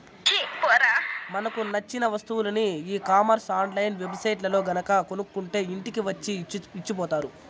మనకు నచ్చిన వస్తువులని e commerce online web సైట్లల్లో గనక కొనుక్కుంటే ఇంటికి వచ్చి ఇచ్చిపోతారు